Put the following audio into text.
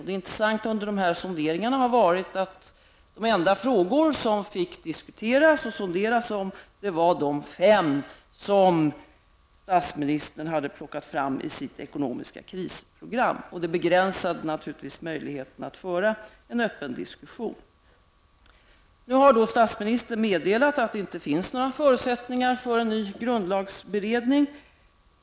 Det intressanta under dessa sonderingar har varit att de enda frågor som fick diskuteras och sonderas var de fem som statsministern hade plockat fram i sitt ekonomiska krisprogram. Det begränsade naturligtvis möjligheterna att föra en öppen diskussion. Statsministern har nu meddelat att det inte finns några förutsättningar för en ny grundlagsberedning.